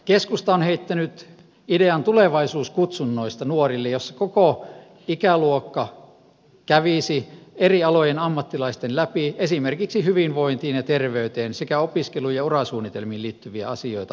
keskusta on heittänyt idean nuorten tulevaisuuskutsunnoista joissa koko ikäluokka kävisi eri alojen ammattilaisten kanssa esimerkiksi hyvinvointiin ja terveyteen sekä opiskelu ja urasuunnitelmiin liittyviä asioita rauhassa läpi